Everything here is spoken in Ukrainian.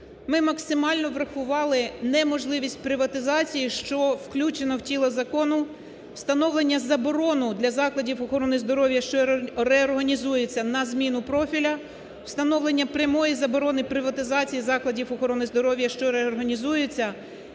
Ми максимально врахували неможливість приватизації, що включено в тіло закону, встановлення заборони для закладів охорони, що реорганізуються, на зміну профілю, встановлення прямої заборони приватизації закладів охорони здоров'я, що реорганізуються,